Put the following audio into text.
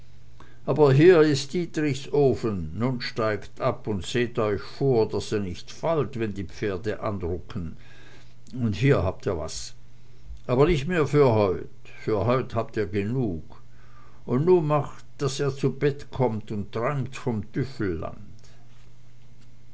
aber hier is dietrichs ofen nu steigt ab und seht euch vor daß ihr nicht fallt wenn die pferde anrucken und hier habt ihr was aber nich mehr für heut für heut habt ihr genug und nu macht daß ihr zu bett kommt und träumt von